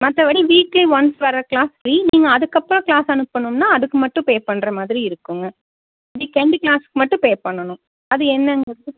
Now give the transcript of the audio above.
மற்றபடி weekly once வர class free நீங்கள் அதுக்கப்புறம் கிளாஸ் அனுப்பணும்னால் அதுக்கு மட்டும் பேப் பண்ணுற மாதிரி இருக்குதுங்க வீக் எண்டு கிளாஸ்க்கு மட்டும் பேப் பண்ணணும் அது என்னங்கிறது